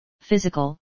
physical